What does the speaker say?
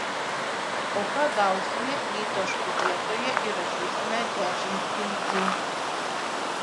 o ką gausime jei taškų vietoje įrašysime dešimt tildžių